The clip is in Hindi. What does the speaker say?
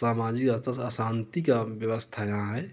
सामाजिक स्तर से अशान्ति का व्यवस्था यहाँ है